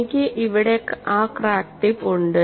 എനിക്ക് ഇവിടെ ആ ക്രാക്ക് ടിപ്പ് ഉണ്ട്